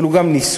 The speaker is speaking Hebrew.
אבל הוא גם ניסוי.